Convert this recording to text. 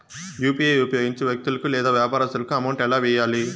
UPI ఉపయోగించి వ్యక్తులకు లేదా వ్యాపారస్తులకు అమౌంట్ ఎలా వెయ్యాలి